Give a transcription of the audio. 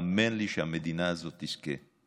האמן לי שהמדינה הזאת תזכה.